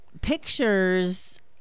pictures